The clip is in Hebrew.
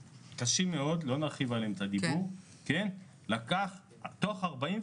שלום, אני דניאל בלנגה, רפרנט ביטוח לאומי במשרד